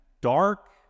dark